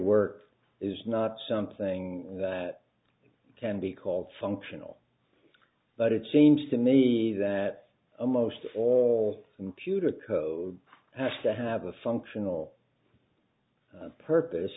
work is not something that can be called functional but it seems to me that almost all impute a code has to have a functional purpose